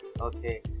okay